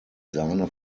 sahne